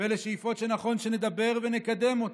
ואלה שאיפות שנכון שנדבר ונקדם אותן,